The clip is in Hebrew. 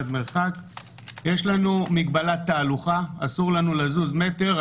יש לנו מגבלת תהלוכה אסור לנו לזוז מטר,